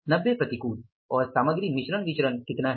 90 प्रतिकूल और सामग्री मिश्रण विचरण कितना है